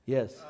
Yes